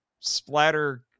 Splatter